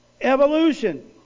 Evolution